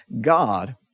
God